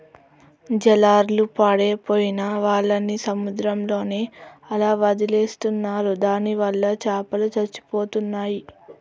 జాలర్లు పాడైపోయిన వాళ్ళని సముద్రంలోనే అలా వదిలేస్తున్నారు దానివల్ల చాపలు చచ్చిపోతున్నాయి